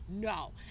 No